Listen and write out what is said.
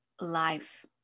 life